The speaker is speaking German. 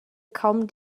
kaum